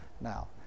now